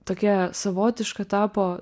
tokia savotiška tapo